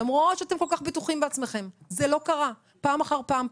למרות שאתם כל כך בטוחים בעצמכם זה לא קרה פעם אחר פעם,